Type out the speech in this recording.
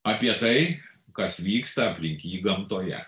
apie tai kas vyksta aplink jį gamtoje